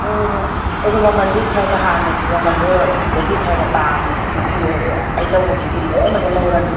ꯍꯣꯏ ꯍꯣꯏ ꯑꯗꯨ ꯃꯃꯟꯗꯤ ꯈꯔ ꯈꯔ ꯍꯥꯟꯅꯒꯤ ꯃꯃꯟꯗꯣ ꯑꯗꯨꯗꯒꯤ ꯈꯔ ꯈꯔ ꯇꯥꯅꯗꯤ ꯄꯤꯕꯤꯌꯣ ꯑꯗꯣ ꯑꯩ ꯂꯧꯕꯒꯤꯗꯤ ꯂꯣꯏꯅꯃꯛ ꯂꯧꯔꯅꯤ